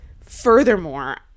Furthermore